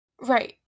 Right